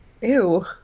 ew